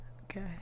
Okay